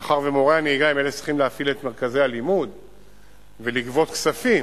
מאחר שמורי הנהיגה הם אלה שצריכים להפעיל את מרכזי הלימוד ולגבות כספים,